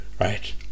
right